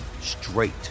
straight